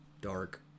dark